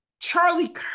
Charlie